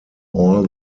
all